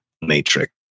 Matrix